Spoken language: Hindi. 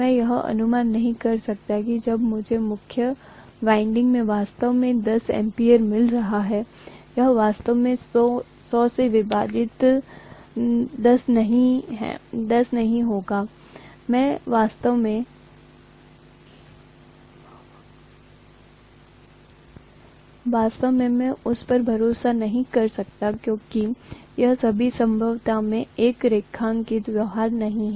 मैं यह अनुमान नहीं कर सकता कि जब मुझे मुख्य वाइंडिंग में वास्तव में 10 एम्पीयर मिल रहा है यह वास्तव में 100 से विभाजित 10 नहीं होगा मैं वास्तव में उस पर भरोसा नहीं कर सकता क्योंकि यह सभी संभाव्यता में एक रैखिक व्यवहार नहीं है